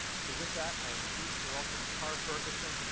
so with that, i am pleased to welcome carr ferguson.